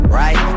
right